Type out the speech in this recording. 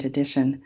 Edition